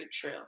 true